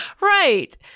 right